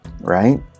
right